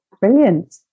Brilliant